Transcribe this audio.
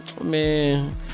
man